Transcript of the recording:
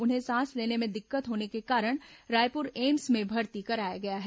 उन्हें सांस लेने में दिक्कत होने के कारण रायपुर एम्स में भर्ती कराया गया है